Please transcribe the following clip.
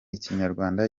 ikinyarwanda